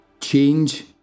Change